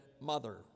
mother